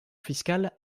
fiscale